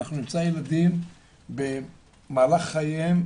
אנחנו נמצא ילדים במהלך חייהם,